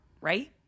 right